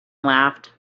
laughed